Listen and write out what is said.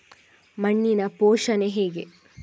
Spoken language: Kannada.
ಮಣ್ಣಿನ ಪೋಷಣೆ ಹೇಗೆ?